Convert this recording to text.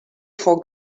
for